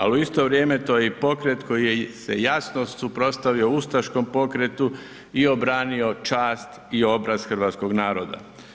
Ali u isto vrijeme to je i pokret koji se jasno suprotstavio ustaškom pokretu i obranio čast i obraz hrvatskog naroda.